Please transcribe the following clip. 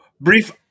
brief